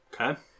Okay